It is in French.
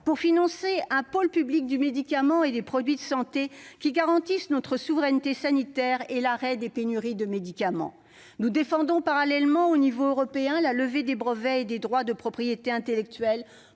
pour financer un pôle public du médicament et des produits de santé qui garantisse notre souveraineté sanitaire et l'arrêt des pénuries de médicaments. Parallèlement, nous défendons, à l'échelle européenne, la levée des brevets et des droits de propriété intellectuelle